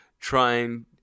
trying